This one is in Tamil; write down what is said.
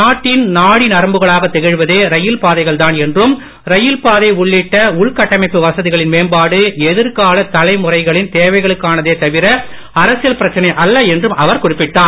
நாட்டின் நாடி நரம்புகளாகத் திகழ்வதே ரயில் பாதைகள் தான் என்றும் ரயில் பாதை உள்ளிட்ட உள்கட்டமைப்பு வசதிகளின் மேம்பாடு எதிர்கால தலைமுறைகளின் தேவைகளுக்கானதே தவிர அரசியல் பிரச்சனை அல்ல என்றும் அவர் குறிப்பிட்டார்